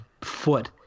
foot